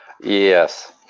yes